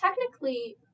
technically